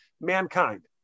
mankind